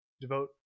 devote